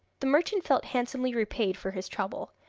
the merchant felt handsomely repaid for his trouble,